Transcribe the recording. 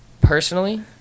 Personally